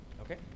Okay